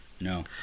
No